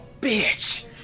Bitch